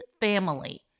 family